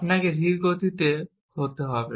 আপনাকে ধীর গতিতে হতে হতে পারে